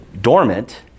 dormant